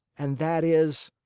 and that is?